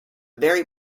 very